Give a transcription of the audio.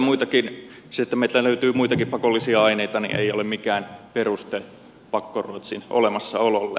se että meiltä löytyy muitakin pakollisia aineita ei ole mikään peruste pakkoruotsin olemassaololle